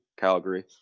Calgary